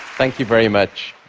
thank you very much.